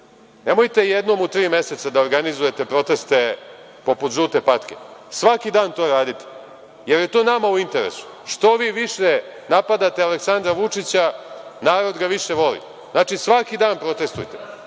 nemojte jednom u tri meseca da organizujete proteste poput „žute patke“. Svaki dan to radite, jer je to nama u interesu. Što vi više napadate Aleksandra Vučića, narod ga više voli. Znači, svaki dan protestujte